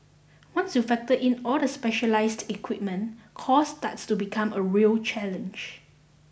once you factor in all of the specialised equipment cost starts to become a real challenge